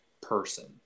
person